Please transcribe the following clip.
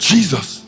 Jesus